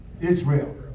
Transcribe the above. Israel